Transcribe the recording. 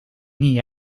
nii